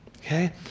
okay